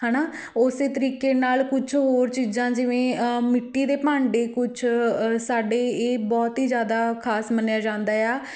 ਹੈ ਨਾ ਉਸ ਤਰੀਕੇ ਨਾਲ ਕੁਛ ਹੋਰ ਚੀਜ਼ਾਂ ਜਿਵੇਂ ਮਿੱਟੀ ਦੇ ਭਾਂਡੇ ਕੁਛ ਸਾਡੇ ਇਹ ਬਹੁਤ ਹੀ ਜ਼ਿਆਦਾ ਖਾਸ ਮੰਨਿਆ ਜਾਂਦਾ ਆ